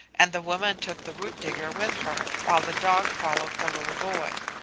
and the woman took the root digger with her, while the dog followed the little boy.